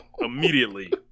immediately